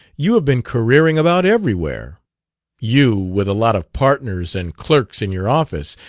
you have been careering about everywhere you with a lot of partners and clerks in your office,